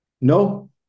No